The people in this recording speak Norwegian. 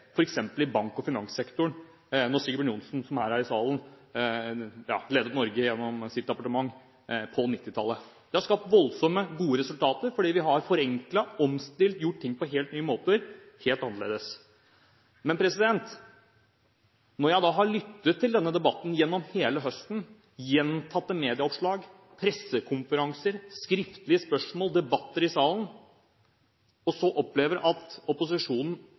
f.eks. i bank- og finanssektoren, da Sigbjørn Johnsen – som er her i salen – gjennom sitt departement ledet Norge på 1990-tallet. Det har skapt voldsomt gode resultater, fordi vi har forenklet, omstilt, gjort ting på helt nye måter – helt annerledes. Etter å ha lyttet til denne debatten gjennom hele høsten – gjentatte medieoppslag, pressekonferanser, skriftlige spørsmål og debatter i salen – opplever vi at opposisjonen